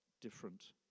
different